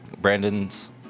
Brandon's